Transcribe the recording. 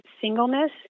singleness